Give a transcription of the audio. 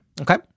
Okay